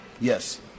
Yes